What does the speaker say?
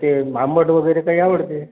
ते आंबट वगैरे ताई आवडते